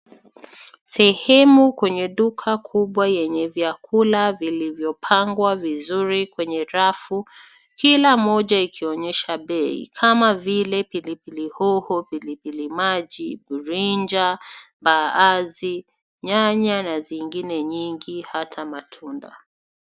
Sehemu kwenye duka kubwa yenye vyakula vilivyopangwa vizuri kwenye rafu kila moja ikionyesha bei kama vile pilipili hoho, pilipili maji, brinja, mbaazi, nyanya na zingine nyingi hata matunda.